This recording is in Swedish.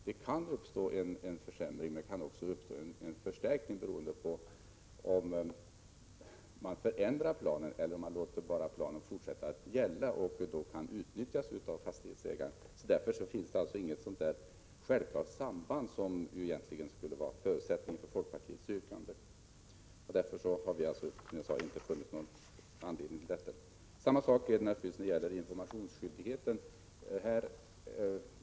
Det kan uppstå en försämring, men det kan också uppstå en förstärkning, beroende på om man förändrar planen eller om man bara låter planen fortsätta att gälla. På grund härav har vi, som jag sade, inte funnit någon anledning att tillstyrka yrkandet. Samma förhållande råder beträffande informationsskyldigheten.